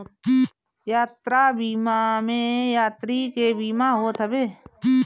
यात्रा बीमा में यात्री के बीमा होत हवे